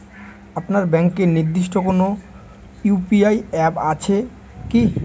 আপনার ব্যাংকের নির্দিষ্ট কোনো ইউ.পি.আই অ্যাপ আছে আছে কি?